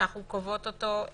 שאנחנו קובעות לחודשיים.